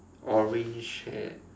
orange hat